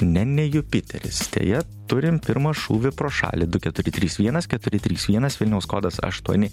ne jupiteris deja turim pirmą šūvį pro šalį du keturi trys vienas keturi trys vienas vilniaus kodas aštuoni